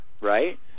right